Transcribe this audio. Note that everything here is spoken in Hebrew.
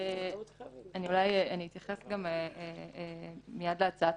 אני אתייחס גם להחלטת